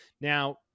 Now